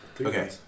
Okay